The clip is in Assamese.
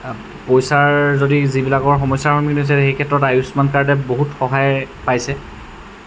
পইচাৰ যদি যিবিলাকৰ সমস্যাৰ সন্মুখীন হৈছে সেই ক্ষেত্ৰত আয়ুস্মান কাৰ্ডে বহুত সহায় পাইছে